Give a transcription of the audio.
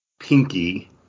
pinky